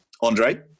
Andre